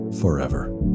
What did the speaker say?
forever